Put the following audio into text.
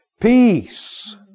peace